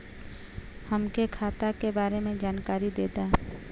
हमके खाता के बारे में जानकारी देदा?